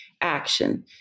action